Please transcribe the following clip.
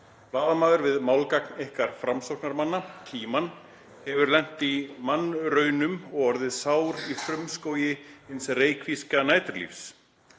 Blaðamaður við málgagn ykkar framsóknarmanna — Tímann — hefur lent í mannraunum og orðið sár í frumskógi hins reykvíska næturlífs.